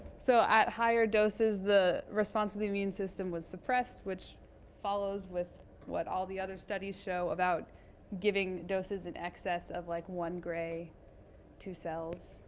so at higher doses, the response of the immune system was suppressed, which follows with what all the other studies show about giving doses in excess of like one gray to cells.